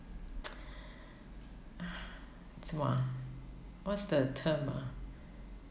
什么啊 what's the term ah